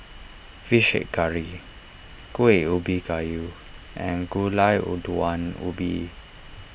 Fish Head Curry Kueh Ubi Kayu and Gulai Wu Daun Ubi